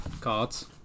cards